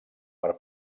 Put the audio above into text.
per